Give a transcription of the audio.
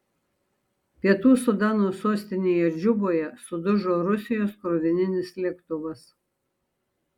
pietų sudano sostinėje džuboje sudužo rusijos krovininis lėktuvas